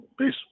Peace